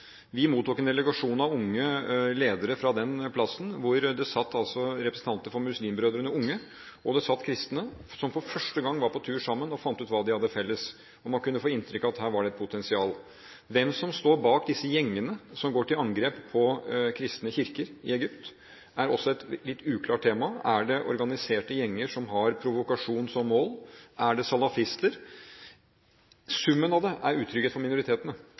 Vi mottok en delegasjon av unge ledere fra den plassen. Det var representanter for Muslimbrødrene – unge – og det var kristne som for første gang var på tur sammen og fant ut hva de hadde felles, og man kunne få inntrykk av at her var det et potensial. Hvem det er som står bak disse gjengene som går til angrep på kristne kirker i Egypt, er også et litt uklart tema. Er det organiserte gjenger som har provokasjon som mål? Er det salafister? Summen av det er utrygghet for minoritetene,